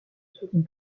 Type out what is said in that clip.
second